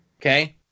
Okay